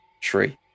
tree